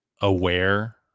aware